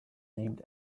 named